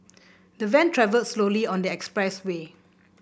the van travelled slowly on the expressway